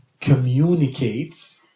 communicates